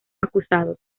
acusados